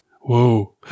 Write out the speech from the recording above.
Whoa